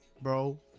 bro